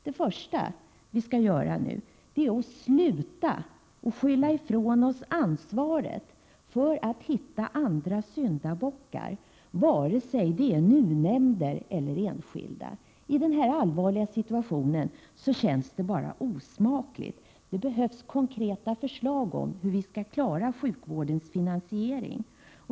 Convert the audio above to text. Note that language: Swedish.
Det första vi skall göra är att sluta att skylla ifrån oss ansvaret på andra syndabockar, vare sig det är NUU-nämnder eller enskilda. I denna allvarliga situation känns det bara osmakligt. Det behövs konkreta förslag om hur vi skall klara sjukvårdens finansiering.